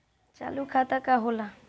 चालू खाता का होला?